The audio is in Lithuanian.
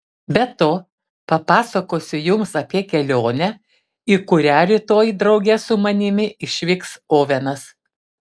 be to papasakosiu jums apie kelionę į kurią rytoj drauge su manimi išvyks ovenas